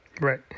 Right